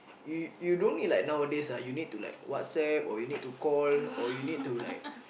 you you don't need like nowadays ah you need to like WhatsApp or you need to call or you need to like